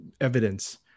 evidence